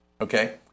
Okay